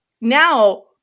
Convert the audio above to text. now